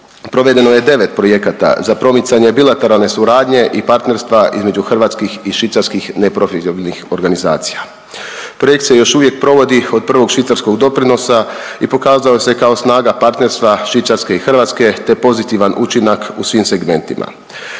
provedeno je 9 projekata za promicanje bilateralne suradnje i partnerstva između hrvatskih i švicarskih neprofitnih organizacija. Projekt se još uvijek provodi od prvog švicarskog doprinosa i pokazao se kao snaga partnerstva Švicarske i Hrvatske, te pozitivan učinak u svime segmentima.